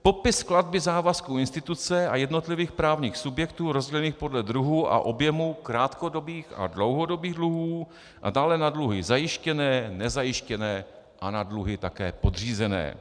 Popis skladby závazků instituce a jednotlivých právních subjektů rozdělených podle druhu a objemu krátkodobých a dlouhodobých dluhů a dále na dluhy zajištěné, nezajištěné a na dluhy také podřízené.